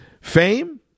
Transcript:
fame